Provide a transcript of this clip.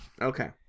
Okay